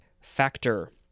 factor